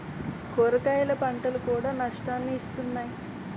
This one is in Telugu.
కూరగాయల పంటలు కూడా నష్టాన్ని ఇస్తున్నాయి